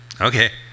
Okay